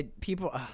people